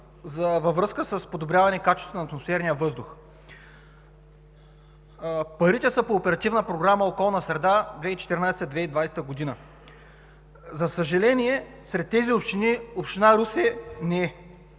във връзка с подобряване качеството на атмосферния въздух. Парите са по Оперативна програма „Околна среда 2014 – 2020 г.“. За съжаление, сред тези общини община Русе не е.